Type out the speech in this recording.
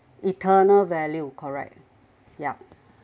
eternal value correct ya